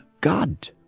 god